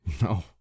No